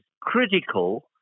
critical